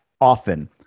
often